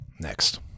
Next